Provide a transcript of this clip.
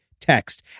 text